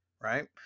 right